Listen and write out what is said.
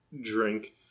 drink